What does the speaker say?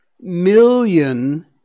million